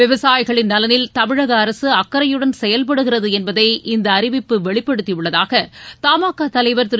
விவசாயிகளின் நலனில் தமிழக அரசு அக்கறையுடன் செயல்படுகிறது என்பதை இந்த அறிவிப்பு வெளிப்படுத்தியுள்ளதாக த மா கா தலைவர் திரு